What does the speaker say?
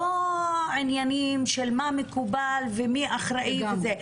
לא עניינים של מה מקובל ומי אחראי וזה,